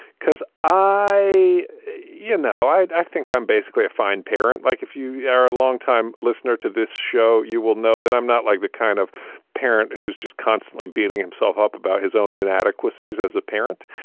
cause i you know, i think i'm basically a fine parent. like, if you yeah are a longtime listener listener to this show, you will know that i'm not like the kind of parent who's just constantly beating himself up about his own inadequacies as a parent.